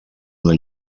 una